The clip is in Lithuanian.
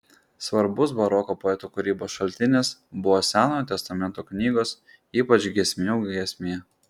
svarbus baroko poetų kūrybos šaltinis buvo senojo testamento knygos ypač giesmių giesmė